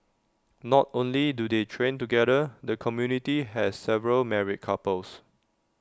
not only do they train together the community has several married couples